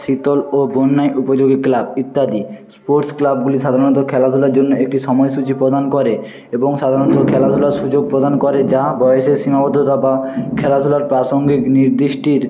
শীতল ও বন্যায় উপযোগী ক্লাব ইত্যাদি স্পোর্টস ক্লাবগুলি সাধারণত খেলাধুলার জন্য একটি সময়সূচী প্রদান করে এবং সাধারণত খেলাধুলার সুযোগ প্রদান করে যা বয়েসের সীমাবদ্ধতা বা খেলাধুলার প্রাসঙ্গিক নির্দেশটির